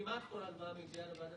כמעט כל הלוואה מגיעה לוועדת ההשקעות.